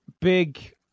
big